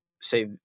say